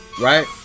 Right